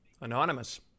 Anonymous